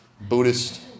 Buddhist